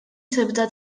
tibda